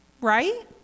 right